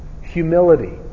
Humility